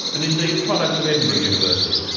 and indeed products of edinburgh university,